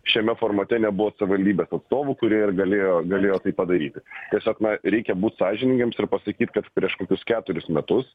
šiame formate nebuvo savivaldybės atstovų kurie ir galėjo galėjo tai padaryti tiesiog na reikia būt sąžiningiems ir pasakyt kad prieš kokius keturis metus